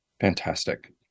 Fantastic